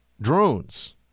drones